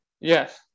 Yes